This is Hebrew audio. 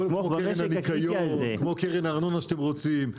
כמו קרן הארנונה שאתם רוצים,